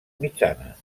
mitjana